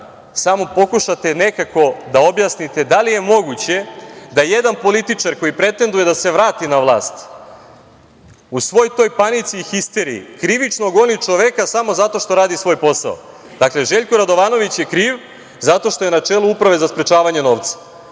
pokušate nekako da objasnite da li je moguće da jedan političar koji pretenduje da se vrati na vlast u svoj toj panici i histeriji krivično goni čoveka samo zato što radi svoj posao. Dakle, Željko Radovanović je kriv zato što je na čelu Uprave za sprečavanje pranja